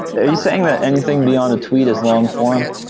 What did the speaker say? are you saying that anything beyond a tweet is long-form?